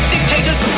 Dictators